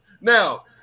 Now